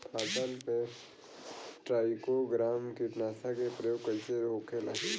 फसल पे trichogramma कीटनाशक के प्रयोग कइसे होखेला?